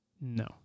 no